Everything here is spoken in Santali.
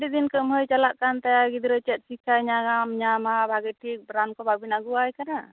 ᱟᱹᱰᱤ ᱫᱤᱱ ᱠᱟᱹᱢᱦᱟᱹᱭ ᱪᱟᱞᱟᱜ ᱠᱟᱱ ᱛᱟᱭᱟ ᱜᱤᱫᱽᱨᱟᱹ ᱪᱮᱫ ᱥᱤᱠᱷᱟᱭ ᱧᱟᱢ ᱧᱟᱢᱟ ᱵᱷᱟᱜᱮ ᱴᱷᱤᱠ ᱨᱟᱱ ᱠᱚ ᱵᱟᱵᱤᱱ ᱟᱹᱜᱩᱣᱟᱭ ᱠᱟᱱᱟ